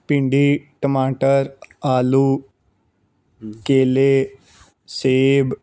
ਭਿੰਡੀ ਟਮਾਟਰ ਆਲੂ ਕੇਲੇ ਸੇਬ